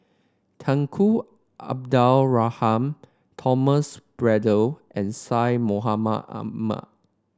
Tunku Abdul Rahman Thomas Braddell and Syed Mohamed Ahmed